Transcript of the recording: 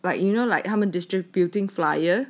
like you know like 他们 distributing flyers